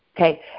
Okay